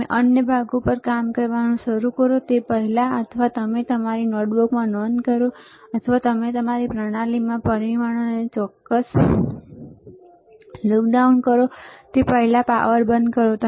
તમે અન્ય ભાગો પર કામ કરવાનું શરૂ કરો તે પહેલાં અથવા તમે તમારી નોટબુકમાં નોંધ કરો અથવા તમે તમારી પ્રણાલીમાં પરિણામોને લૉક ડાઉન કરો તે પહેલાં પાવર બંધ કરો